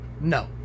no